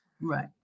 Right